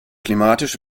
klimatisch